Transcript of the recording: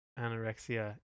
Anorexia